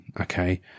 Okay